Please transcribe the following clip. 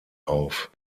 auf